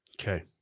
Okay